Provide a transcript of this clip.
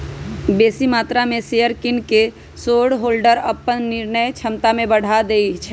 बेशी मत्रा में शेयर किन कऽ शेरहोल्डर अप्पन निर्णय क्षमता में बढ़ा देइ छै